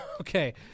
Okay